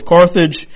Carthage